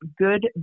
good